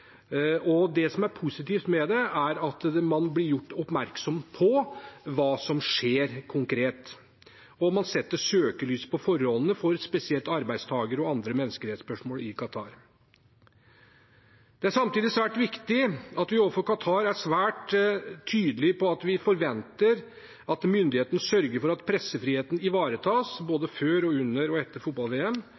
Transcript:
Det som er positivt med det, er at man blir gjort oppmerksom på konkret hva som skjer, og man setter søkelys på forholdene for spesielt arbeidstakere og andre menneskerettsspørsmål i Qatar. Det er samtidig svært viktig at vi overfor Qatar er svært tydelige på at vi forventer at myndighetene sørger for at pressefriheten ivaretas både før, under og etter